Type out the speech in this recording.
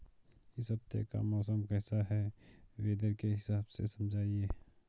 इस हफ्ते का मौसम कैसा है वेदर के हिसाब से समझाइए?